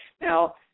Now